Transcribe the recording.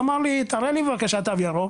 אמר לי תראה לי בבקשה תו ירוק,